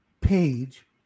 page